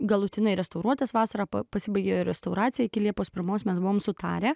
galutinai restauruotas vasarą pasibaigė restauracija iki liepos pirmos mes buvome sutarę